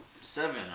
Seven